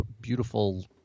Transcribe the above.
beautiful